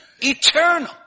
eternal